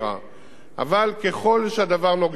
אבל ככל שהדבר נוגע אלי, והוא נוגע,